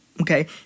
Okay